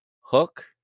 Hook